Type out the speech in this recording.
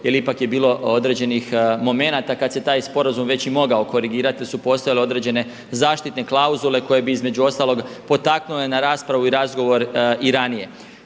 jel ipak je bilo određenih momenata kad se taj sporazum već i mogao korigirati jer su postojale određene zaštitne klauzule koje bi između ostalog potaknule na raspravu i razgovor i ranije.